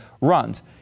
runs